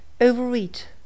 Overeat